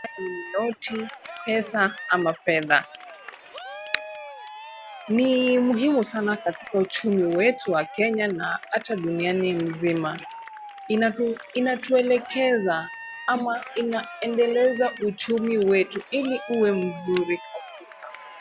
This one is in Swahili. Noti, pesa ama fedha. Ni muhimu sana katika uchumi wetu wa Kenya na hata dunia nzima. Inatuelekeza ama inaendeleza uchumi wetu ili uwe mzuri kabisa.